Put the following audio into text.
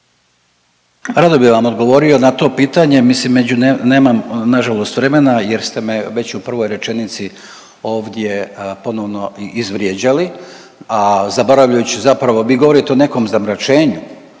Rado bi vam odgovorio na to pitanje, mislim nemam nažalost vremena jer ste me već u prvoj rečenici ovdje ponovno izvrijeđali, a zaboravljajući zapravo, vi govorite o nekom zamračenju,